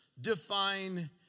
define